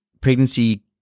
pregnancy